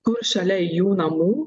kur šalia jų namų